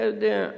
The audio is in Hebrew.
אתה יודע,